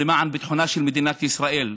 למען ביטחונה של מדינת ישראל,